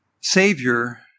Savior